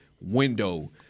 window